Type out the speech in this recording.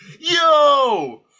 Yo